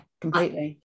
completely